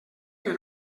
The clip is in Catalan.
que